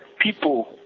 people